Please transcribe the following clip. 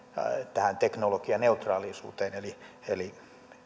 tähän teknologianeutraalisuuteen eli eli